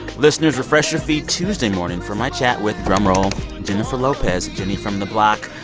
listeners, refresh your feed tuesday morning for my chat with drumroll jennifer lopez, jenny from the block.